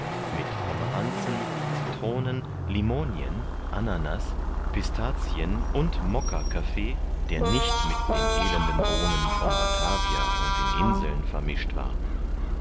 mit pomeranzen citronen limonien ananas pistazien und moccakaffee der nicht mit den elenden bohnen von batavia und den inseln vermischt war